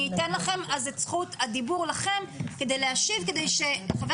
אני אתן לכם את זכות הדיבור להשיב כדי שחבר